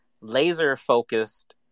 laser-focused